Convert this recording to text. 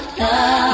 love